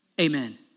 amen